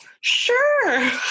sure